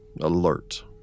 alert